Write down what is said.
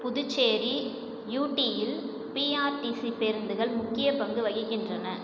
புதுச்சேரி யுடியில் பிஆர்டிசி பேருந்துகள் முக்கிய பங்கு வகிக்கின்றன